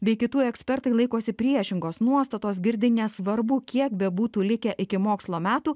bei kitų ekspertai laikosi priešingos nuostatos girdi nesvarbu kiek bebūtų likę iki mokslo metų